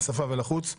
מהשפה ולחוץ.